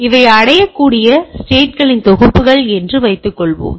இவை அடையக்கூடிய ஸ்டேட்களின் தொகுப்புகள் என்று வைத்துக்கொள்வோம்